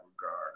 regard